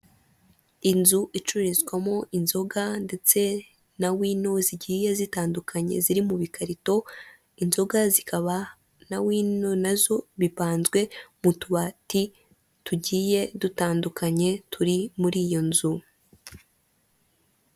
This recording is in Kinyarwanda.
Inzu icururizwamo inzoga ndetse na wino zigiye zitandukanye ziri mu bikarito, inzoga zikaba na wino nazo bipanzwe mu tubati tugiye dutandukanye turi muri iyo nzu.